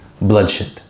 bloodshed